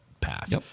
path